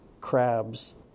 crabs